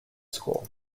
school